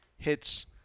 hits